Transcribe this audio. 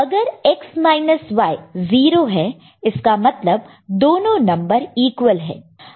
अगर X minus Y 0 है इसका मतलब दोनों नंबर ईक्वल है